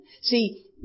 See